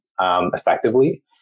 Effectively